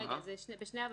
זה בשני שלבים.